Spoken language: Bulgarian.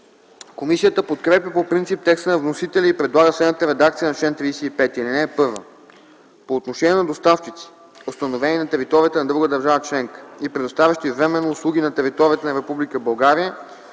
Комисията подкрепя по принцип текста на вносителя и предлага следната редакция на чл. 35: „Чл. 35. (1) По отношение на доставчици, установени на територията на друга държава членка и предоставящи временно услуги на територията на